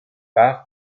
par